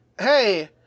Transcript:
hey